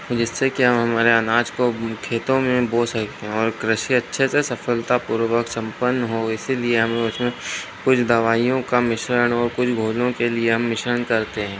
जिससे कि हम हमारे अनाज को खेतों में बो सकें और कृषि अच्छे से सफलतापूर्वक संपन्न हो इसीलिए हमें उसमें कुछ दवाईयों का मिश्रन और कुछ घोलों के लिए हम मिश्रन करते है